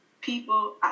people